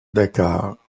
dakar